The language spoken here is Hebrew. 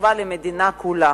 אלא למדינה כולה.